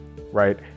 right